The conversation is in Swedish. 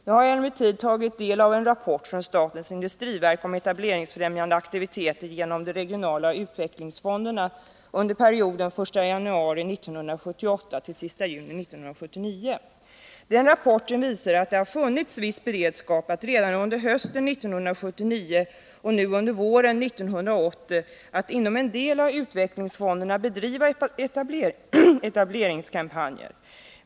Jag har emellertid tagit del av en rapport från statens industriverk om etableringsfrämjande aktivitet genom de regionala utvecklingsfonderna under perioden den 1 januari 1978-den 30 juni 1979. Den rapporten visar att det funnits viss beredskap för att redan under hösten 1979 och nu under våren 1980 inom en del av utvecklingsfonderna bedriva etableringskampanjer.